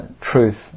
truth